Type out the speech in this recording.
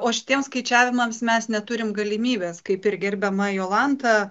o šitiems skaičiavimams mes neturim galimybės kaip ir gerbiama jolanta